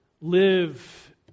live